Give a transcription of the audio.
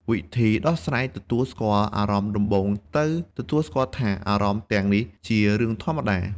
វិធីដោះស្រាយទទួលស្គាល់អារម្មណ៍ដំបូងត្រូវទទួលស្គាល់ថា អារម្មណ៍ទាំងនេះជារឿងធម្មតា។